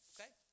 Okay